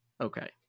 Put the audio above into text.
okay